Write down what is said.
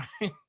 right